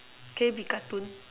can you be cartoon